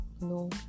No